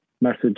message